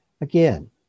Again